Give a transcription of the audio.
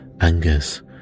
Angus